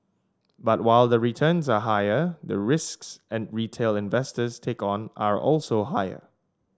but while the returns are higher the risks retail investors take on are also higher